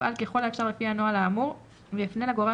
יפעל ככל האפשר לפי הנוהל האמור ויפנה לגורם